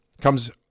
comes